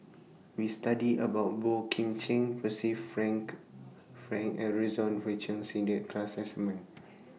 We studied about Boey Kim Cheng Perci Frank Fran Aroozoo Wee Chong Jin that class assignment